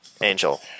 Angel